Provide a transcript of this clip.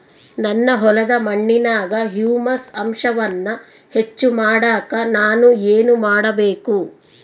ನನ್ನ ಹೊಲದ ಮಣ್ಣಿನಾಗ ಹ್ಯೂಮಸ್ ಅಂಶವನ್ನ ಹೆಚ್ಚು ಮಾಡಾಕ ನಾನು ಏನು ಮಾಡಬೇಕು?